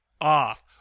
off